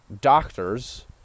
doctors